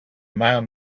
man